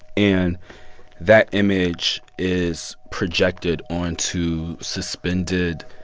and that image is projected onto suspended